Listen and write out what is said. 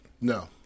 No